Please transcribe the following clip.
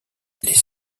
les